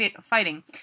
fighting